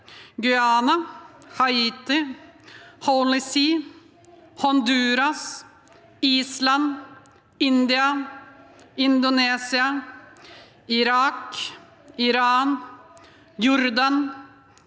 Guyana, Haiti, Vatikanstaten, Honduras, Island, India, Indonesia, Irak, Iran, Jordan,